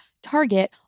Target